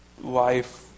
life